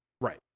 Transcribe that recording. Right